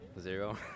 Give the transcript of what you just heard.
Zero